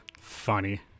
Funny